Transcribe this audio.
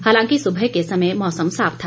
हालांकि सुबह के समय मौसम साफ था